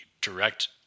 direct